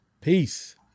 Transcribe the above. Peace